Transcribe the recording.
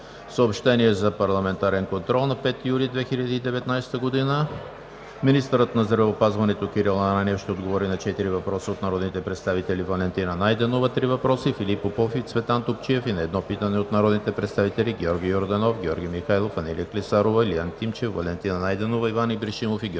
съобщенията за парламентарния контрол на 5 юли 2019 г.: 1. Министърът на здравеопазването Кирил Ананиев ще отговори на четири въпроса от народните представители Валентина Найденова – три въпроса; и Филип Попов и Цветан Топчиев; и на едно питане от народните представители Георги Йорданов, Георги Михайлов, Анелия Клисарова, Илиан Тимчев, Валентина Найденова, Иван Ибришимов и Георги Гьоков.